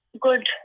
good